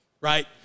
Right